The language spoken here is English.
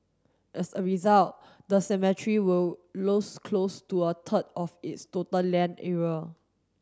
as a result the cemetery will lose close to a third of its total land area